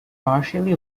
partially